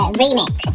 remix